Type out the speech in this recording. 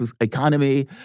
economy